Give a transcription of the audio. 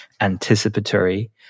anticipatory